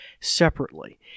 separately